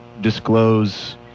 disclose